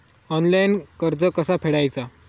Online कर्ज कसा फेडायचा?